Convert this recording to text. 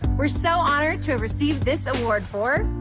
are so honoured to have received this award for.